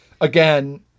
again